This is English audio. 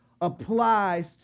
applies